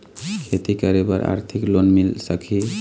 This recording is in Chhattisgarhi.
खेती करे बर आरथिक लोन मिल सकही?